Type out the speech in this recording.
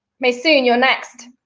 maysoon, you're next.